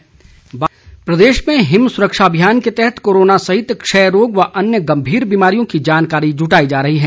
अभियान लाहौल प्रदेश में हिम सुरक्षा अभियान के तहत कोरोना सहित क्षय रोग व अन्य गंभीर बिमारियों की जानकारी जुटाई जा रही है